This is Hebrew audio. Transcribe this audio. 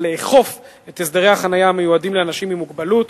ולאכוף את הסדרי החנייה המיועדים לאנשים עם מוגבלות,